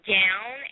down